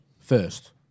First